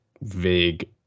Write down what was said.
vague